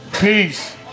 Peace